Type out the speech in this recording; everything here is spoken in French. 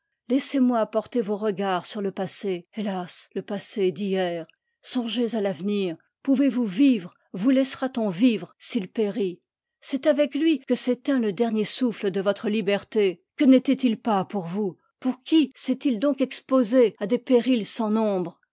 laissez-moi porter vos regards sur le passé hétas le passé d'hier songez à t'avenir pouvezvous vivre vous laissera t on vivre s'it périt c'est avec lui que s'éteint le dernier souffle de votre liberté que n'était-il pas pour vous pour qui sest it doue expose à des périls sans nombre